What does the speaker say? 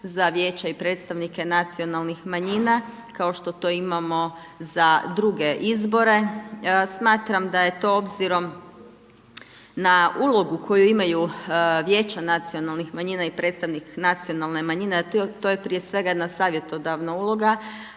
za vijeća i predstavnike nacionalnih manjina, kao što to imamo za druge izbore, smatram da je to obzirom na ulogu koju imaju vijeća nacionalnih manjina i predstavnik nacionalne manjine, a to je prije svega jedna savjetodavna uloga,